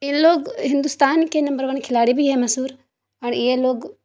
ان لوگ ہندوستان کے number one کھلاڑی بھی ہیں مشہور اور یہ لوگ